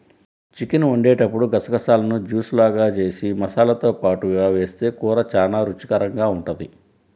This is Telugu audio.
చికెన్ వండేటప్పుడు గసగసాలను జూస్ లాగా జేసి మసాలాతో పాటుగా వేస్తె కూర చానా రుచికరంగా ఉంటది